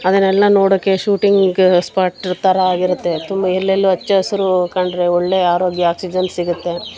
ಅದನೆಲ್ಲಾ ನೋಡೋಕೆ shooting spot ಥರ ಇರುತ್ತೆ ತುಂಬ ಎಲ್ಲೆಲ್ಲೂ ಹಚ್ಚ ಹಸ್ರು ಕಂಡರೆ ಒಳ್ಳೆ ಆರೋಗ್ಯ ಆಕ್ಸಿಜನ್ ಸಿಗುತ್ತೆ